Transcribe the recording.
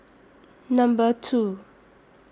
Number two